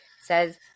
Says